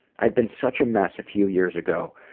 i'd been such a mess a few years ago,